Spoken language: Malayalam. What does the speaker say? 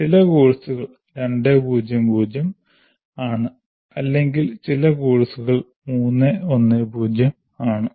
ചില കോഴ്സുകൾ 2 0 0 ആണ് അല്ലെങ്കിൽ ചില കോഴ്സുകൾ 3 1 0 ആണ്